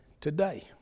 today